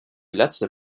letzte